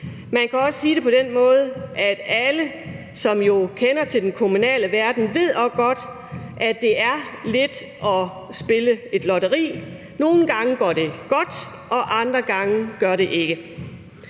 Man kan også sige det på den måde, at alle, som kender til den kommunale verden, jo også godt ved, at det er lidt at spille et lotteri. Nogle gange går det godt, og andre gange gør det ikke.